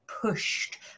pushed